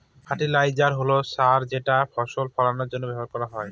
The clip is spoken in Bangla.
ফার্টিলাইজার হল সার যেটা ফসল ফলানের জন্য ব্যবহার করা হয়